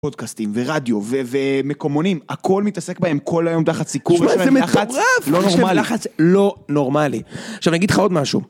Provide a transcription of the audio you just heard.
פודקאסטים ורדיו ו... ומקומונים הכל מתעסק בהם כל היום תחת סיקור יש להם לחץ מטורף יש להם לחץ לא נורמלי.